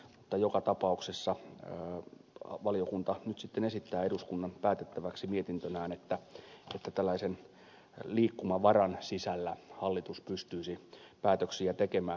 mutta joka tapauksessa valiokunta nyt sitten esittää eduskunnan päätettäväksi mietintönään että tällaisen liikkumavaran sisällä hallitus pystyisi päätöksiä tekemään